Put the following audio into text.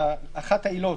לאחת העילות.